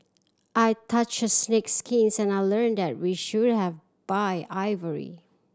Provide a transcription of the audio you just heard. I touched a snake's skin and I learned that we shouldn't have buy ivory